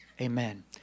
amen